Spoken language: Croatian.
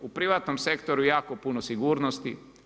U privatnom sektoru je jako puno sigurnosti.